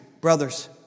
brothers